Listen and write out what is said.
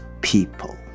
people